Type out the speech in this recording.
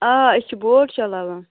آ أسۍ چھِ بوٹ چَلاوان